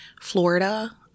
Florida